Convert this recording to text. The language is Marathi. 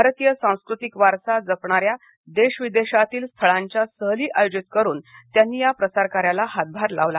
भारतीय सांस्कृतिक वारसा जपणाऱ्या देशविदेशातील स्थळांच्या सहली आयोजित करून त्यांनी या प्रसारकार्याला हातभार लावला